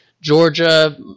Georgia